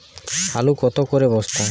আলু কত করে বস্তা?